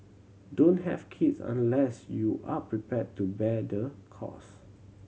don't have kids unless you are prepared to bear the cost